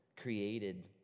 created